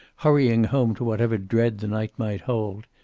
hurrying home to whatever dread the night might hold.